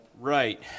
Right